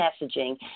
messaging